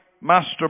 master